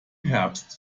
herbst